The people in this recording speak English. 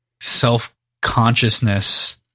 self-consciousness